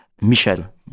Michel